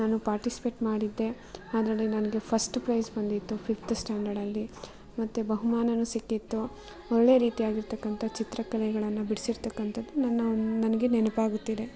ನಾನು ಪಾರ್ಟಿಸಿಪೇಟ್ ಮಾಡಿದ್ದೆ ಅದರಲ್ಲಿ ನನಗೆ ಫರ್ಸ್ಟ್ ಪ್ರೈಜ್ ಬಂದಿತ್ತು ಫಿಫ್ತ್ ಸ್ಟ್ಯಾಂಡಡಲ್ಲಿ ಮತ್ತು ಬಹುಮಾನನೂ ಸಿಕ್ಕಿತ್ತು ಒಳ್ಳೆ ರೀತಿ ಆಗಿರತಕ್ಕಂಥ ಚಿತ್ರಕಲೆಗಳನ್ನು ಬಿಡಿಸಿರ್ತಕ್ಕಂತದ್ದು ನನ್ನ ಒನ್ ನನಗೆ ನೆನಪಾಗುತ್ತಿದೆ